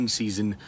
season